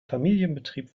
familienbetrieb